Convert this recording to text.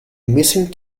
missing